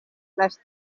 les